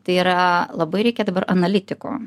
tai yra labai reikia dabar analitikų